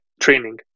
training